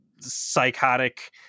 psychotic